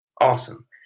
Awesome